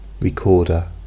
recorder